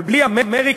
אבל בלי אמריקה,